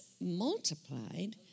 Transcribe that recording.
multiplied